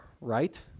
right